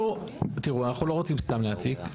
אנחנו, תראו, אנחנו לא רוצים סתם להציק.